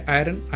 iron